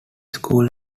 school